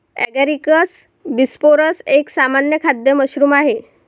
Agaricus bisporus एक सामान्य खाद्य मशरूम आहे